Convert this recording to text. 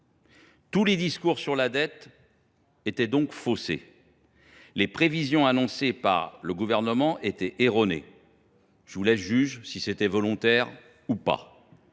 Tous les discours sur la dette ont été faussés. Les prévisions annoncées par le Gouvernement étaient erronées – à vous de décider si c’était volontaire ou pas.